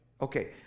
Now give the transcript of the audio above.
Okay